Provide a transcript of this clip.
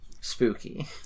spooky